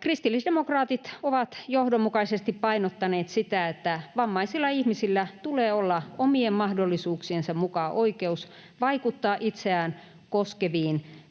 Kristillisdemokraatit ovat johdonmukaisesti painottaneet sitä, että vammaisilla ihmisillä tulee olla omien mahdollisuuksiensa mukaan oikeus vaikuttaa itseään koskeviin päätöksiin,